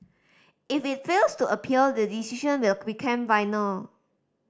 if it fails to appeal the decision will become final